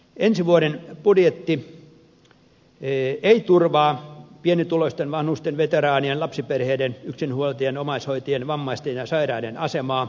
ensi vuoden budjetti ei turvaa pienituloisten vanhusten veteraanien lapsiperheiden yksinhuoltajien omaishoitajien vammaisten ja sairaiden asemaa